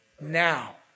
now